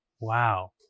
Wow